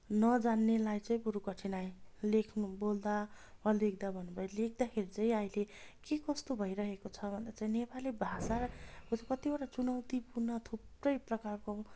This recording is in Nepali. नजान्नेलाई चाहिँ बरु कठिनाइ लेख्नु बोल्दा वा लेख्दा भन्नु पर्यो लेख्दाखेरि चाहिँ अहिले के कस्तो भइरहेको छ भन्दा चाहिँ नेपाली भाषाको चाहिँ कतिवटा चुनौतीपूर्ण थुप्रै प्रकारको